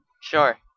Sure